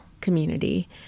community